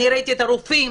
אני ראיתי את הרופאים,